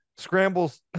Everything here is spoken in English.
scrambles